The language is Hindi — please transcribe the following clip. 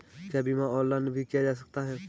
क्या बीमा ऑनलाइन भी किया जा सकता है?